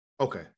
Okay